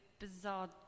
bizarre